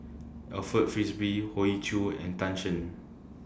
Alfred Frisby Hoey Choo and Tan Shen